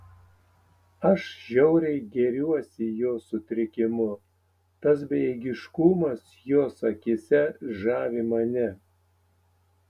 aš žiauriai gėriuosi jos sutrikimu tas bejėgiškumas jos akyse žavi mane